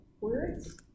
words